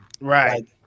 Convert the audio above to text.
right